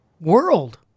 world